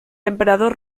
emperador